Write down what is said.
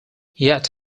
yet